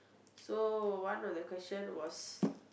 so one of the question was